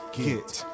get